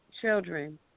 children